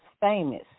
famous